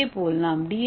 இதே போல் நாம் டி